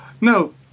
no